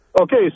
Okay